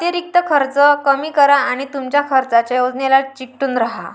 अतिरिक्त खर्च कमी करा आणि तुमच्या खर्चाच्या योजनेला चिकटून राहा